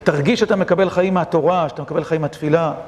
תרגיש שאתה מקבל חיים מהתורה, שאתה מקבל חיים מהתפילה.